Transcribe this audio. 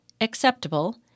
acceptable